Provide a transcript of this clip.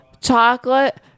chocolate